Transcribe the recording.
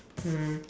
mm